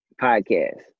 Podcast